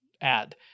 add